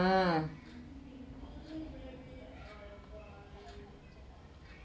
um